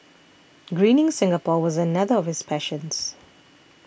greening Singapore was another of his passions